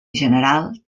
general